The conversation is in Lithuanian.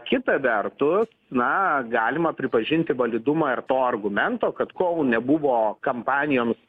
kita vertus na galima pripažinti validumą ir to argumento kad kol nebuvo kampanijoms